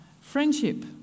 friendship